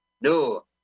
no